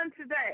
today